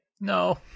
No